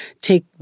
take